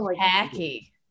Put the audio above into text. tacky